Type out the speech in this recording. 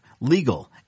legal